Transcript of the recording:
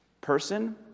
person